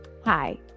hi